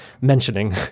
mentioning